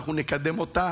שאנחנו נקדם אותה